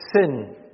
sin